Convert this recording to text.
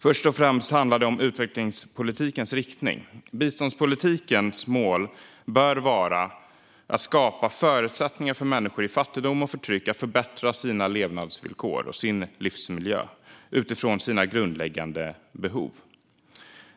Först och främst handlar det om utvecklingspolitikens riktning. Biståndspolitikens mål bör vara att skapa förutsättningar för människor i fattigdom och förtryck att förbättra sina levnadsvillkor och sin livsmiljö utifrån sina grundläggande behov.